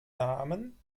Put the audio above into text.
namen